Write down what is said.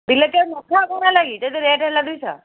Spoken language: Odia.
ବିଲାତି ଆଉ ନ ଖାଅ କ'ଣ ହେଲା କି ଯଦି ରେଟ୍ ହେଲା ଦୁଇଶହ